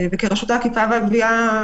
כרשות האכיפה והגבייה,